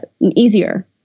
easier